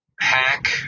hack